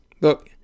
Look